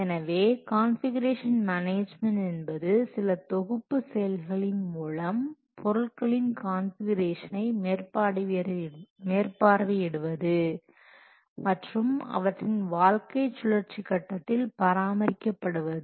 எனவே configuration management என்பது சில தொகுப்பு செயல்களின் மூலம் பொருள்களின் கான்ஃபிகுரேஷனை மேற்பார்வையிடுவது மற்றும் அவற்றின் வாழ்க்கை சுழற்சி கட்டத்தில் பராமரிக்கப்படுவது